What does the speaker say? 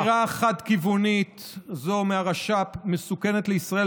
הגירה חד-כיוונית זו מהרש"פ מסוכנת לישראל,